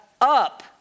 up